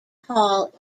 hall